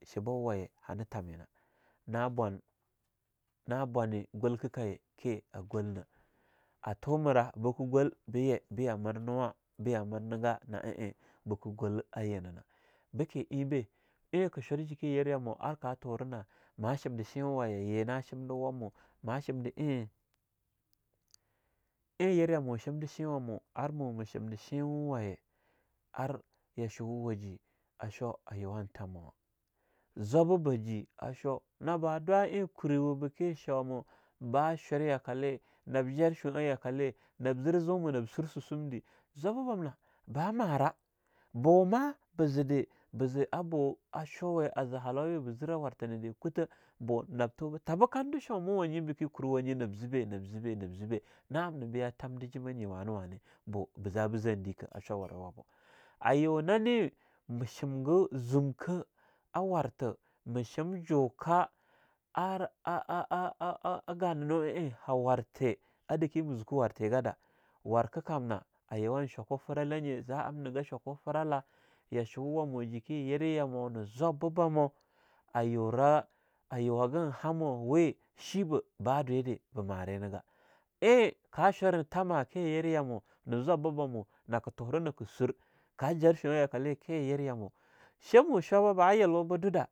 Yambawa duninye jewo yir ye ke shwa ke muna ar me tina yawa na, kwamnyaka yambawa duniye hana no walwa dake ana nigem na en ma zikana, mo wara yirwa adake ke shwu ke muna hagin shaku firala nye a nyel zawe da waji ama bike tame sha yire yamnah me shime be in hanzikena me sheme ma am arme shigaba ar amnah nyi dake ar ba aje yurah shwaku firalna, me she yerye ma zikena na--na ka shwa jike mu ni de, mu mah shima en ma na gindira shwawamu na gahnanu ee nyel wawe ba mu warwu yeri yamaa de bake shwanishwa'a ke tuwa na gananu shimdike cube nyina hana zirwo yashoo hamo a shwa warwe na, enbe hana jangean shwa warwe na, yi a mukerah nere en ma zikegana mo mu mukerah e ye haginan zike gana. A hallauwe we ke zirwarka ke yire yamu, ke a shwo kou ke gwal yambawa chini en nige ji yasho tammo, jike yeriyamo.